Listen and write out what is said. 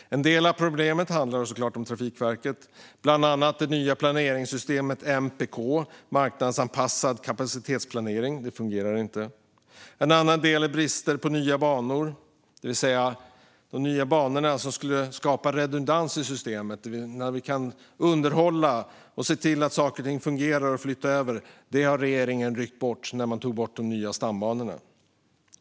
En del av problemen handlar såklart om Trafikverket, bland annat det nya planeringssystemet MPK, marknadsanpassad kapacitetsplanering. Det fungerar inte. En annan del är bristen på nya banor, de nya banor som skulle skapa redundans i systemet så att vi kan underhålla det, se till att saker och ting fungerar och flytta över det. Det har regeringen ryckt bort när man tog bort de nya stambanorna.